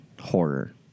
horror